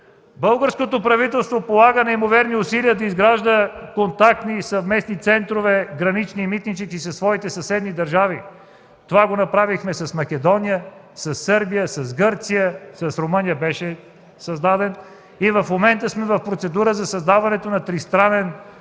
Българското правителство полага неимоверни усилия да изгражда контактни съвместни центрове, гранични митници и със своите съседни държави. Това го направихме с Македония, със Сърбия, с Гърция, с Румъния беше създадено и в момента сме в процедура за създаването на тристранен – между